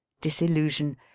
disillusion